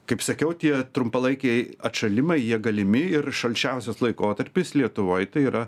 kaip sakiau tie trumpalaikiai atšalimai jie galimi ir šalčiausias laikotarpis lietuvoj tai yra